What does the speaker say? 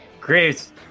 Great